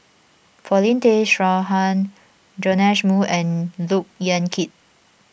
Paulin Tay Straughan Joash Moo and Look Yan Kit